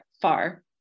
far